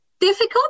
difficult